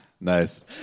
Nice